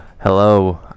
Hello